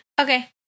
Okay